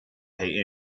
pay